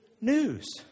news